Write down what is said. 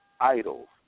Idols